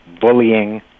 bullying